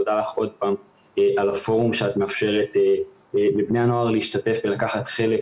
תודה לך עוד פעם על הפורום שאת מאפשרת לבני הנוער להשתתף ולקחת חלק,